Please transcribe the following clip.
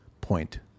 point